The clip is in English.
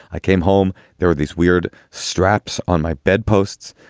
i came home. there were these weird straps on my bedposts.